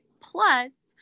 Plus